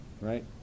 right